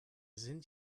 sind